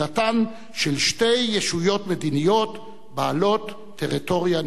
של שתי ישויות מדיניות בעלות טריטוריות נפרדות.